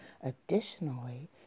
Additionally